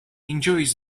enjoys